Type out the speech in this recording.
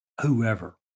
whoever